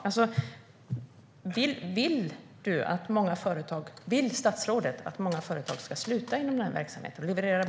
Vill statsrådet att många företag som levererar bra kvalitet ska sluta inom den här verksamheten?